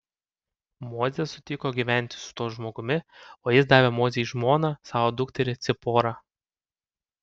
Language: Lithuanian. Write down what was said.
mozė sutiko gyventi su tuo žmogumi o jis davė mozei žmona savo dukterį ciporą